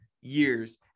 years